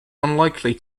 unlikely